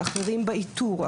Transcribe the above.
אחרים באיתור,